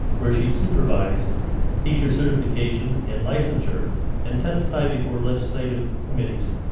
where she supervised teacher certification and licensure and testified before legislative committees,